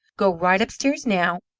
go right upstairs now,